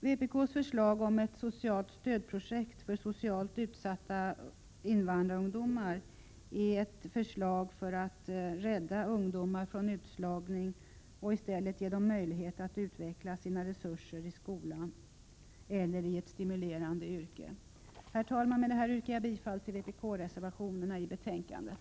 Vårt förslag om ett socialt stödprojekt för socialt utsatta invandrarungdomar är ett förslag för att rädda ungdomar från utslagning och i stället ge dem möjlighet att utveckla sina resurser i skolan eller i ett stimulerande yrke. — Prot. 1987/88:115 Jag yrkar bifall till vpk:s reservationer till betänkandet.